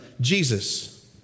Jesus